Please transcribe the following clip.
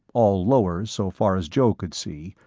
all lowers so far as joe could see,